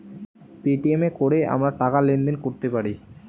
Paytm এ কোরে আমরা টাকা লেনদেন কোরতে পারি